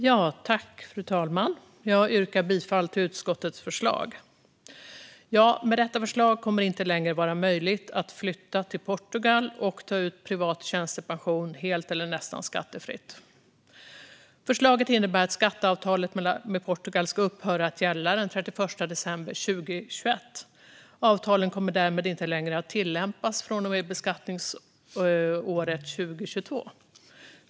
Fru talman! Jag yrkar bifall till utskottets förslag. Med detta förslag kommer det inte längre att vara möjligt att flytta till Portugal för att ta ut privat tjänstepension helt eller nästan skattefritt. Förslaget innebär att skatteavtalet med Portugal ska upphöra att gälla den 31 december 2021. Avtalet kommer därmed inte längre att tillämpas från och med beskattningsåret 2022.